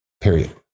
period